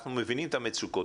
אנחנו מבינים את המצוקות.